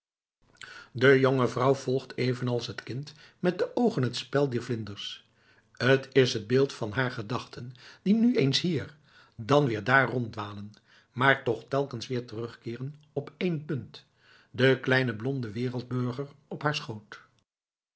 de jonge vrouw volgt evenals het kind met de oogen het spel dier vlinders t is het beeld van haar gedachten die nu eens hier dan weer daar ronddwalen maar toch telkens weer terugkeeren op één punt den kleinen blonden wereldburger op haar schoot